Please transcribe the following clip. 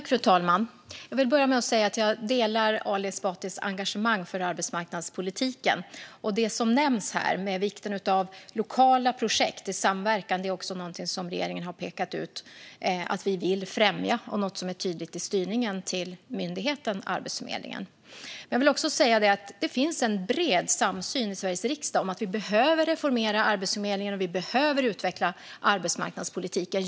Fru talman! Jag vill börja med att säga att jag delar Ali Esbatis engagemang för arbetsmarknadspolitiken. Det som nämns här med vikten av lokala projekt i samverkan är också någonting som regeringen har pekat ut att vi vill främja och något som är tydligt i styrningen till myndigheten Arbetsförmedlingen. Jag vill också säga att det finns en bred samsyn i Sveriges riksdag om att vi behöver reformera Arbetsförmedlingen och utveckla arbetsmarknadspolitiken.